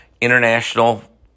international